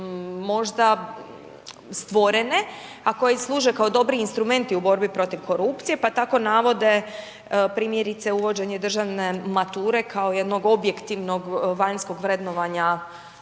možda stvorene, a koje služe kao dobri instrumenti u borbi protiv korupcije, pa tako navode, primjerice uvođenje državne mature kao jednog objektivnog vanjskog vrednovanja